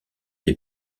des